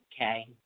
okay